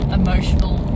emotional